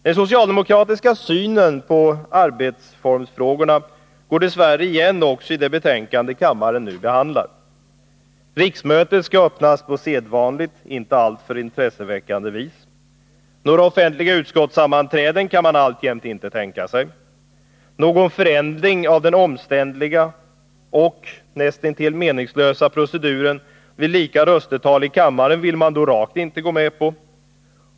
Den socialdemokratiska synen på arbetsformsfrågorna går dess värre igen också i det betänkande kammaren nu behandlar. Riksmötet skall öppnas på sedvanligt, inte alltför intresseväckande vis. Några offentliga utskottssammanträden kan man alltjämt inte tänka sig. Någon förenkling av den 103 omständliga — och nästintill meningslösa — proceduren vid lika röstetal i kammaren vill man då rakt inte gå med på.